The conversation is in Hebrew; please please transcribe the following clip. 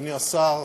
אדוני השר,